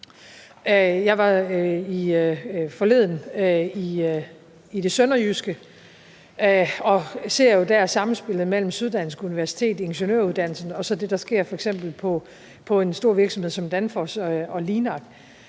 Jeg var forleden i det sønderjyske og ser der samspillet mellem Syddansk Universitet, ingeniøruddannelsen, og det, der sker på en stor virksomhed som f.eks.